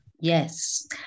Yes